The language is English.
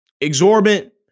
exorbitant